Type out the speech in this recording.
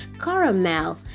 caramel